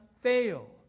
fail